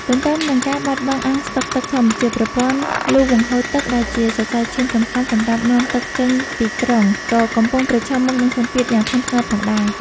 ទន្ទឹមនឹងការបាត់បង់អាងស្តុកទឹកធម្មជាតិ ប្រព័ន្ធលូបង្ហូរទឹកដែលជាសរសៃឈាមសំខាន់សម្រាប់នាំទឹកចេញពីក្រុង ក៏កំពុងប្រឈមមុខនឹងសម្ពាធយ៉ាងធ្ងន់ធ្ងរផងដែរ។